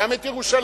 גם את ירושלים,